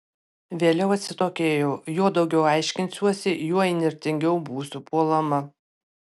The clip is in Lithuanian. vėliau atsitokėjau juo daugiau aiškinsiuosi juo įnirtingiau būsiu puolama